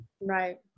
Right